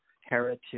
heritage